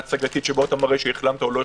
ההצגתית שבו אתה מראה שהחלמת או לא.